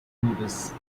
university